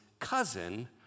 cousin